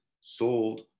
sold